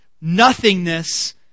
nothingness